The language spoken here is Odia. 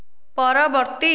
ପରବର୍ତ୍ତୀ